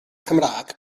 cymraeg